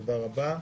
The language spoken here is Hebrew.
תודה רבה.